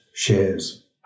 Shares